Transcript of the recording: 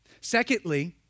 Secondly